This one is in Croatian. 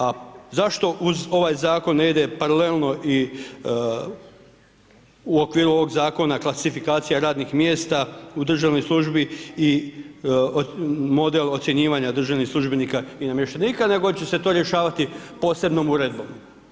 A zašto uz ovaj zakon ne ide paralelno i u okviru ovog zakona klasifikacija radnih mjesta u državnoj službi i model ocjenjivanja državnih službenika i namještenika nego će se to rješavati posebnom uredbom.